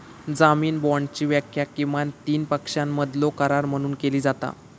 जामीन बाँडची व्याख्या किमान तीन पक्षांमधलो करार म्हणून केली जाता